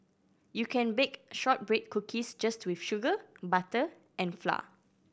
you can bake shortbread cookies just with sugar butter and flour